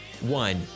one